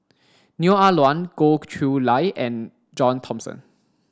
Neo Ah Luan Goh Chiew Lye and John Thomson